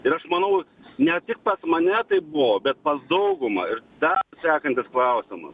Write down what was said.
ir aš manau ne tik pas mane taip buvo bet pas daugumą ir dar sekantis klausimas